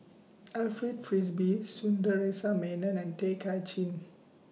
Alfred Frisby Sundaresh Menon and Tay Kay Chin